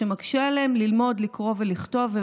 שמקשה עליהם ללמוד לקרוא ולכתוב,